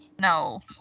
no